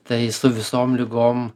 tai su visom ligom